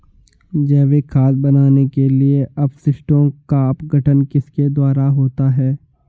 जैविक खाद बनाने के लिए अपशिष्टों का अपघटन किसके द्वारा होता है?